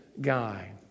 guy